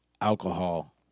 alcohol